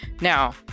Now